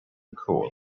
cool